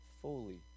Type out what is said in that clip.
fully